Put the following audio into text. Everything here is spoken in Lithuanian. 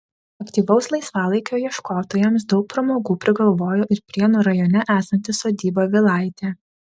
aktyvaus laisvalaikio ieškotojams daug pramogų prigalvojo ir prienų rajone esanti sodyba vilaitė